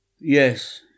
Yes